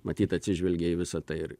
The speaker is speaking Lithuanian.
matyt atsižvelgė į visą tai ir